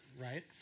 right